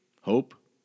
hope